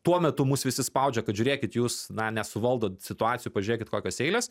tuo metu mus visi spaudžia kad žiūrėkit jūs na nesuvaldot situacijų pažiūrėkit kokios eilės